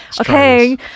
okay